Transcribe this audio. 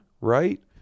right